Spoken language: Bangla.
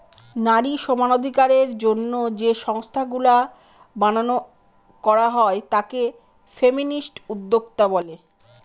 নারী সমানাধিকারের জন্য যে সংস্থাগুলা বানানো করা হয় তাকে ফেমিনিস্ট উদ্যোক্তা বলে